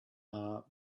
are